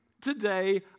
Today